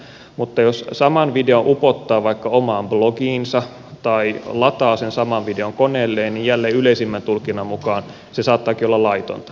mutta jos saman videon upottaa vaikka omaan blogiinsa tai lataa sen saman videon koneelleen niin jälleen yleisimmän tulkinnan mukaan se saattaakin olla laitonta